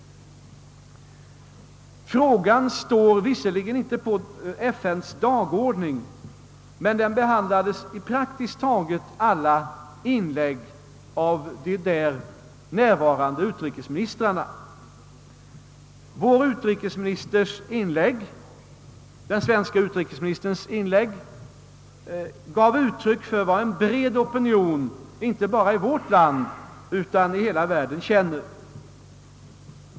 Frågan står visserligen inte på FN:s dagordning men den behandlades i praktiskt taget alla inlägg av de närvarande utrikesministrarna. Den svenske utrikesministerns inlägg gav uttryck för vad en bred opinion, inte bara i vårt land utan i hela världen, känner.